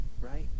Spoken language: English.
right